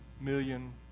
million